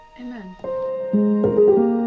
Amen